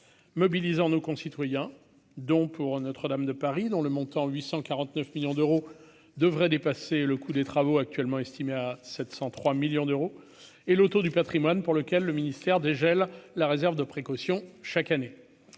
mobilisant nos concitoyens dont pour Notre-Dame de Paris, dont le montant 849 millions d'euros devrait dépasser le coût des travaux actuellement estimé à 703 millions d'euros et le tour du Patrimoine, pour lequel le ministère des gels, la réserve de précaution chaque année